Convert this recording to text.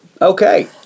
Okay